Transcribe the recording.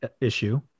issue